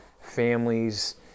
families